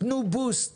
תנו בוסט